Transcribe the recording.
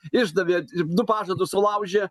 išdavė i du pažadus sulaužė